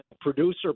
producer